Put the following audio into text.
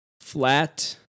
flat